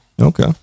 Okay